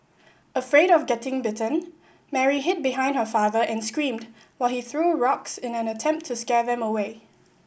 afraid of getting bitten Mary hid behind her father and screamed while he threw rocks in an attempt to scare them away